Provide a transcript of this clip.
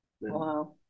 wow